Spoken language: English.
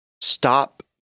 stop